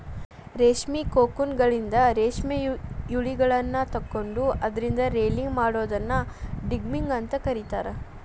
ರೇಷ್ಮಿ ಕೋಕೂನ್ಗಳಿಂದ ರೇಷ್ಮೆ ಯಳಿಗಳನ್ನ ತಕ್ಕೊಂಡು ಅದ್ರಿಂದ ರೇಲಿಂಗ್ ಮಾಡೋದನ್ನ ಡಿಗಮ್ಮಿಂಗ್ ಅಂತ ಕರೇತಾರ